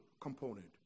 component